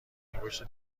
انگشت